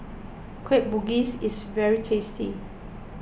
Kueh Bugis is very tasty